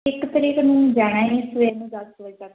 ਇੱਕ ਤਰੀਕ ਨੂੰ ਜਾਣਾ ਏ ਸਵੇਰੇ ਨੂੰ ਦਸ ਕੁ ਵਜੇ ਤੱਕ